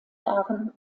jahren